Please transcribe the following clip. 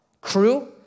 crew